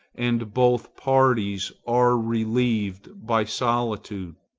and both parties are relieved by solitude.